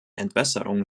entwässerung